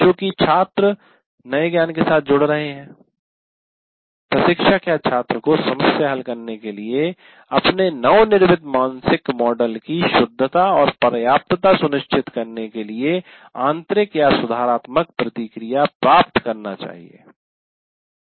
चूँकि छात्र नए ज्ञान के साथ जुड़ रहे हैं प्रशिक्षक या छात्र को समस्या को हल करने के लिए अपने नवनिर्मित मानसिक मॉडल की शुद्धता और पर्याप्तता सुनिश्चित करने के लिए आंतरिक या सुधारात्मक प्रतिक्रिया प्राप्त करनी चाहिए